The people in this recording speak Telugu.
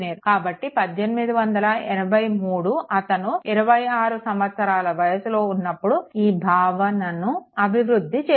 కాబట్టి 1883 అతను 26 సంవత్సరాల వయస్సులో ఉన్నప్పుడు ఈ భావనను అభివృద్ధి చేశారు